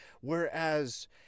whereas